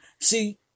See